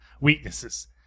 weaknesses